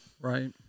Right